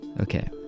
Okay